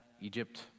Egypt